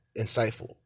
insightful